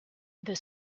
the